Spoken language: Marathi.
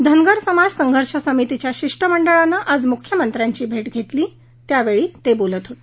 धनगर समाज संघर्ष समितीच्या शिष्टमंडळानं आज मुख्यमंत्र्यांची भेट घेतली त्यावेळी ते बोलत होते